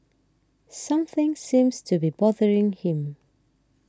something seems to be bothering him